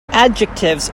adjectives